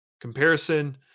comparison